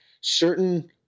certain